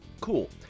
cool